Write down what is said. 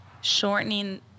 shortening